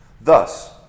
Thus